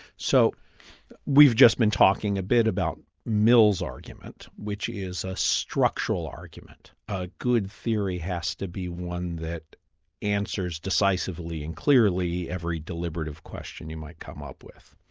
so we've just been talking a bit about mill's argument, which is a structural argument a good theory has to be one that answers decisively and clearly every deliberative question you might come up with.